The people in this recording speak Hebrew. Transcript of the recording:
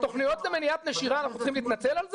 תכניות למניעת נשירה אנחנו צריכים להתנצל על זה?